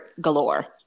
galore